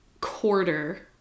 quarter